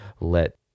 let